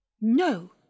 No